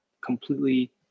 completely